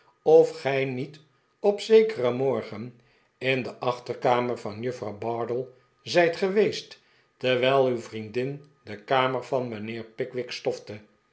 of gij niet op zekeren morgen in de achterkamer van juffrouw bardell zijt geweest terwijl uw vriendin de kamer van mijnheer pickwick stofte